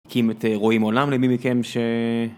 הקים את רואים עולם למי מכם ש...